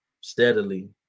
steadily